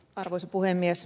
arvoisa puhemies